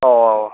ꯑꯣ